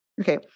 okay